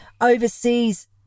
overseas